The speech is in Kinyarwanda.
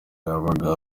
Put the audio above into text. yabaga